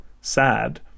sad